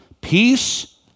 peace